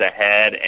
ahead